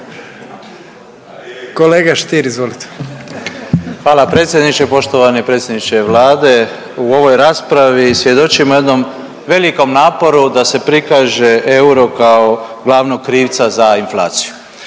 Davor Ivo (HDZ)** Hvala predsjedniče, poštovani predsjedniče Vlade, u ovoj raspravu svjedočimo jednom velikom naporu da se prikaže euro kao glavnog krivca za inflaciju